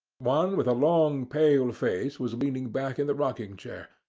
one, with a long pale face, was leaning back in the rocking-chair,